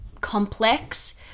complex